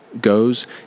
goes